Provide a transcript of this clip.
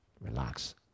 Relax